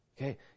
Okay